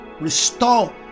Restore